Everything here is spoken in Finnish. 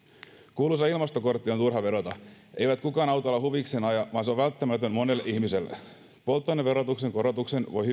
kuuluisaan ilmastokorttiin on turha vedota ei kukaan autolla huvikseen aja vaan se on välttämätön monelle ihmiselle polttoaineverotuksen korotuksen voi